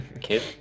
kid